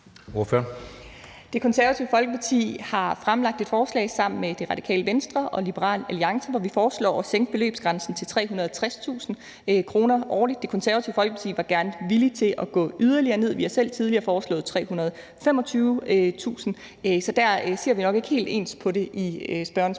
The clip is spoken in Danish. Det Konservative Folkeparti har fremlagt et forslag sammen med Radikale Venstre og Liberal Alliance, hvor vi foreslår at sænke beløbsgrænsen til 360.000 kr. årligt. Det Konservative Folkeparti var villige til at gå yderligere ned, og vi har selv tidligere foreslået 325.000 kr., så vi ser nok ikke helt ens på det i spørgerens